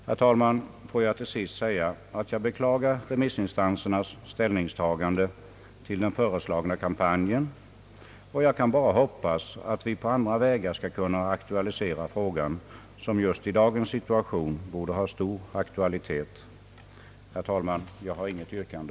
Jag vill till sist, herr talman, framhålla, att jag beklagar remissinstansernas ställningstagande till den föreslagna kampanjen. Jag kan bara hoppas att vi på andra vägar kan aktualisera denna fråga, som just i dagens situation borde ha stor aktualitet. Herr talman! Jag har inte något yrkande.